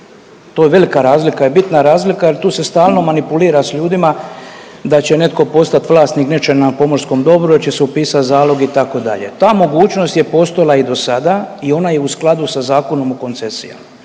To je velika razlika i bitna razlika jer tu se stalno manipulira s ljudima da će netko postati vlasnik nečeg na pomorskom dobru, da će se upisati zalog itd. Ta mogućnost je postojala i dosada i ona je u skladu sa Zakonom o koncesijama